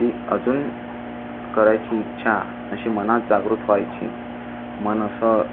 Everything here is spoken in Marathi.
ती अजून करायची इच्छा अशी मनात जागृत व्हायची मन असं